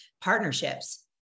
partnerships